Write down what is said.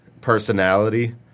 personality